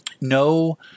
No